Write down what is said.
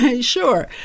sure